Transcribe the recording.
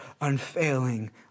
unfailing